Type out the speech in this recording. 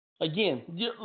again